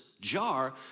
jar